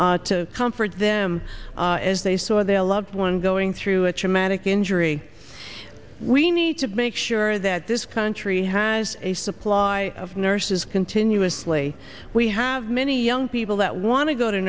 to comfort them as they saw their loved one going through a traumatic injury we need to make sure that this country has a supply of nurses continuously we have many young people that want to go to